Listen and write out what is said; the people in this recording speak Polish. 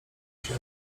się